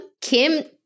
kim